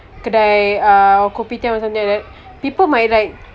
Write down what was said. kedai uh kopitiam or something like that people might like